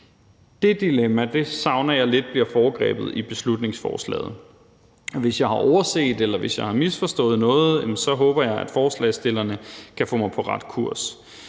Det dilemma savner jeg lidt bliver foregrebet i beslutningsforslaget. Hvis jeg har overset noget eller misforstået noget, håber jeg, forslagsstillerne kan få mig på ret kurs,